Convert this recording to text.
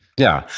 yeah.